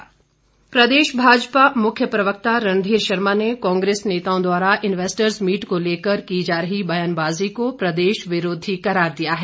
भाजपा प्रदेश भाजपा मुख्य प्रवक्ता रणधीर शर्मा ने कांग्रेस नेताओं द्वारा इन्वेस्टर्स मीट को लेकर की जा रही ब्यानबाजी को प्रदेश विरोधी करार दिया है